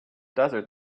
desert